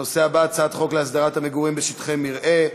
הנושא הבא, הצעת חוק להסדרת המגורים בשטחי מרעה,